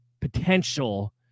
potential